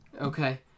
Okay